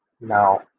Now